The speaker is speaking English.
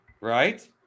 Right